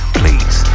please